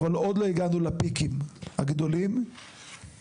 אבל עוד לא הגענו ל-"פיקים" הגדולים וגם